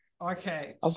Okay